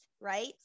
right